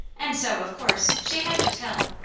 and so, of course, she had to tell.